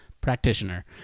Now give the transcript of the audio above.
practitioner